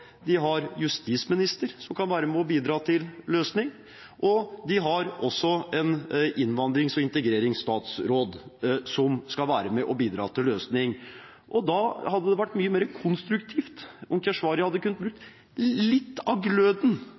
De har justisministeren, som kan være med og bidra til løsning. De har også innvandrings- og integreringsstatsråden, som skal være med og bidra til løsning. Det hadde vært mye mer konstruktivt om Keshvari hadde brukt litt av gløden